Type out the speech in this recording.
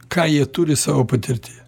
ką jie turi savo patirtyje